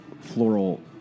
floral